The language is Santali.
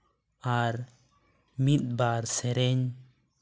ᱟᱨ ᱢᱤᱫ ᱵᱟᱨ ᱥᱮᱨᱮᱧ